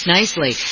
Nicely